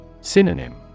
Synonym